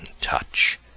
touch